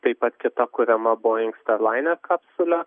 taip pat kitą kuriamą boeing starline kapsulė